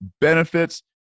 benefits